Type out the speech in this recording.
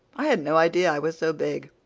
i had no idea i was so big.